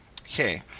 Okay